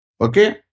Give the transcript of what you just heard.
Okay